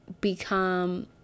Become